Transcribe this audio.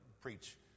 preach